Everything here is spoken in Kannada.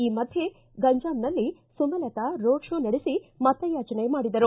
ಈ ಮಧ್ಯೆ ಗಂಜಾಂನಲ್ಲಿ ಸುಮಲತಾ ರೋಡ್ ಶೋ ನಡೆಸಿ ಮತಯಾಚನೆ ಮಾಡಿದರು